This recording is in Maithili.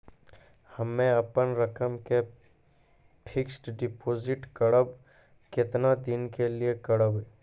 हम्मे अपन रकम के फिक्स्ड डिपोजिट करबऽ केतना दिन के लिए करबऽ?